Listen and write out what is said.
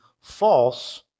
false